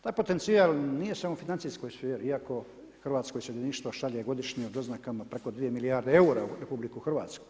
Taj potencijal nije samo u financijskoj sferi, iako hrvatsko iseljeništvo šalje godišnje u doznakama preko 2 milijarde eura u RH.